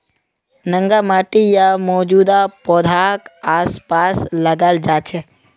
नंगा माटी या मौजूदा पौधाक आसपास लगाल जा छेक